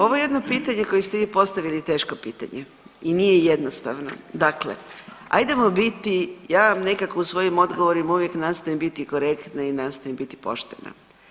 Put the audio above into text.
Ovo je jedno pitanje koje ste vi postavili je teško pitanje i nije jednostavno, dakle ajdemo biti, ja vam nekako u svoji odgovorima uvijek nastojim biti korektna i nastojim biti poštena.